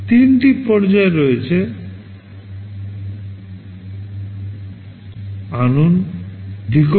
তিনটি পর্যায় রয়েছে fetch decode এবং execute